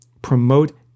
Promote